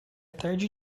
tarde